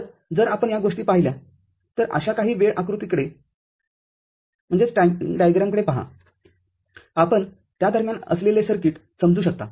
तर जर आपण या गोष्टी पाहिल्या तर अशा काही वेळ आकृतीकडे पहाआपण त्या दरम्यान असलेले सर्किटसमजू शकता